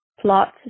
plots